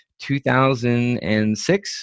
2006